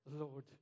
Lord